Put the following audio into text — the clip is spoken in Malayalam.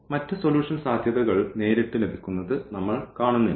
മറ്റ് സൊല്യൂഷൻ സാധ്യതകൾ നേരിട്ട് ലഭിക്കുന്നത് നമ്മൾ കാണുന്നില്ല